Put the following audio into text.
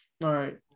right